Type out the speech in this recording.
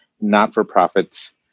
not-for-profits